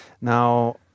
Now